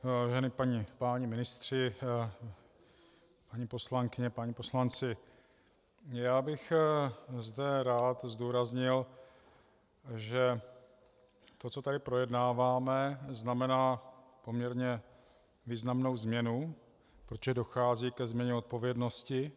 Vážení páni ministři, paní poslankyně, páni poslanci, já bych zde rád zdůraznil, že to, co tady projednáváme, znamená poměrně významnou změnu, protože dochází ke změně odpovědnosti.